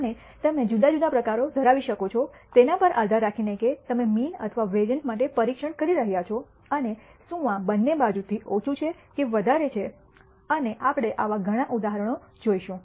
અને તમે જુદા જુદા પ્રકારો ધરાવી શકો છો તેના પર આધાર રાખીને કે તમે મીન અથવા વેરિઅન્સ માટે પરીક્ષણ કરી રહ્યાં છો અને શું આ બંને બાજુથી ઓછું છે કે વધારે છે અને આપણે આવા ઘણા ઉદાહરણો જોશું